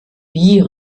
wie